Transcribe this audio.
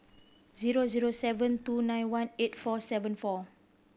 zero zero seven two nine one eight four seven four